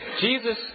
Jesus